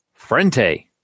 Frente